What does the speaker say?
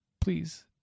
Please